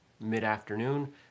mid-afternoon